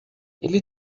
ele